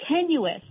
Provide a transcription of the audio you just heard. tenuous